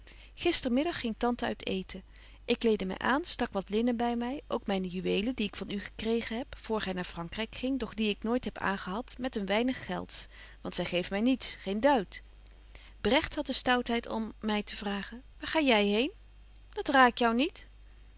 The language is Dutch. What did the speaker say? middag ging tante uit eeten ik kleedde my aan stak wat linnen by my ook myne betje wolff en aagje deken historie van mejuffrouw sara burgerhart juweelen die ik van u gekregen heb voor gy naar frankryk ging doch die ik nooit heb aangehad met een weinig gelds want zy geeft my niets geen duit bregt hadt de stoutheid om my te vragen waar ga jy heen dat raakt jou niet